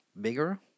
bigger